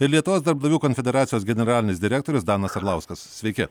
ir lietuvos darbdavių konfederacijos generalinis direktorius danas arlauskas sveiki